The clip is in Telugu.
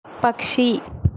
పక్షి